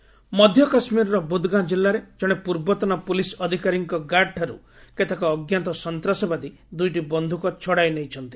J and K ମଧ୍ୟ କାଶ୍ମୀରର ବୁଦ୍ଗାଁ ଜିଲ୍ଲାରେ ଜଣେ ପୂର୍ବତନ ପୁଲିସ୍ ଅଧିକାରୀଙ୍କ ଗାର୍ଡଠାରୁ କେତେକ ଅଜ୍ଞାତ ସନ୍ତାସବାଦୀ ଦୁଇଟି ବନ୍ଧୁକ ଛଡ଼ାଇ ନେଇଛନ୍ତି